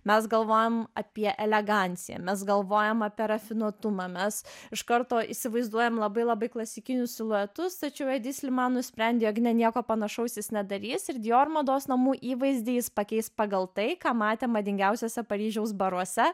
mes galvojam apie eleganciją mes galvojam apie rafinuotumą mes iš karto įsivaizduojam labai labai klasikinius siluetus tačiau edi sliman nusprendė jog ne nieko panašaus jis nedarys ir dior mados namų įvaizdį jis pakeis pagal tai ką matė madingiausiuose paryžiaus baruose